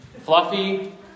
Fluffy